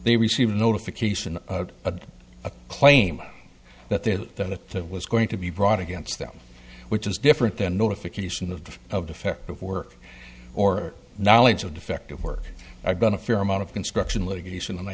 they received notification of a claim that there that that was going to be brought against them which is different than notification of of defective work or knowledge of defective work i've done a fair amount of construction litigation and i